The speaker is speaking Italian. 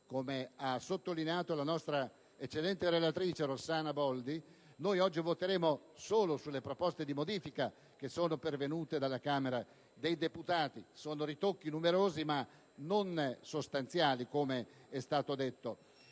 Come ha sottolineato la nostra eccellente relatrice Rossana Boldi, noi oggi voteremo solo sulle proposte di modifica pervenute dalla Camera dei deputati. Si tratta di ritocchi numerosi, ma non sostanziali, come è stato detto.